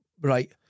right